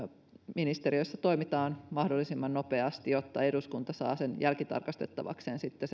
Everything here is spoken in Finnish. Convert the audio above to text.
ministeriössä toimitaan mahdollisimman nopeasti jotta eduskunta saa sen asetuksen jälkitarkastettavakseen sitten